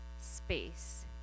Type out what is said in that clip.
space